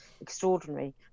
extraordinary